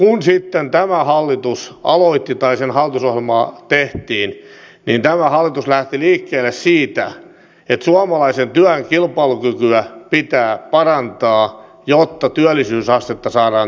kun sitten tämä hallitus aloitti tai sen hallitusohjelmaa tehtiin niin tämä hallitus lähti liikkeelle siitä että suomalaisen työn kilpailukykyä pitää parantaa jotta työllisyysastetta saadaan nostettua